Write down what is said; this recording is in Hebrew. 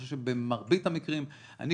אני,